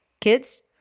kids